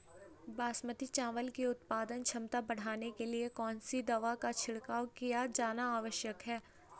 बासमती चावल की उत्पादन क्षमता बढ़ाने के लिए कौन सी दवा का छिड़काव किया जाना आवश्यक है?